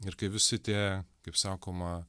ir kai visi tie kaip sakoma